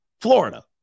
Florida